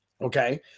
okay